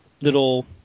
little